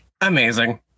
Amazing